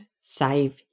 save